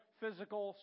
physical